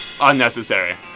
unnecessary